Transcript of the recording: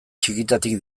txikitatik